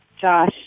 Josh